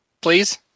please